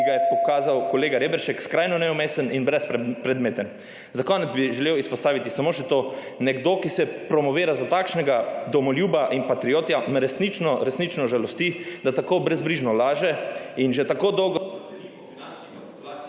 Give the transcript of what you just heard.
ki ga je pokazal kolega Reberšek skrajno neumesten in brezpredmeten. Za konec bi želel izpostaviti samo še to, nekdo, ki se promovira za takšnega domoljuba in patriota, me resnično resnično žalosti, da tako brezbrižno laže. In že tako dolgo … /izklop mikrofona